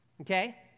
Okay